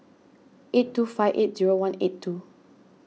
eight two five eight zero one eight two